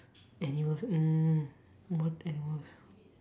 animals mm what animals